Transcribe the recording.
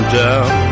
down